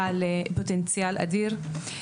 שהוא בעל פוטנציאל אדיר.